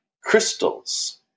crystals